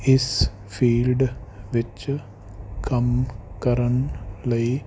ਇਸ ਫੀਲਡ ਵਿੱਚ ਕੰਮ ਕਰਨ ਲਈ